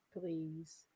Please